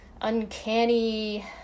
uncanny